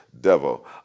devil